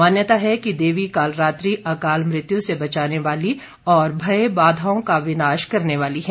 मान्यता है कि देवी कालरात्रि अकाल मृत्यु से बचाने वाली और भय बाधाओं का विनोश करने वाली है